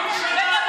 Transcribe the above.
עשיתם הצגה פה,